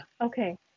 Okay